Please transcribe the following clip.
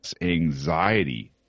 anxiety